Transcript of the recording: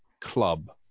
club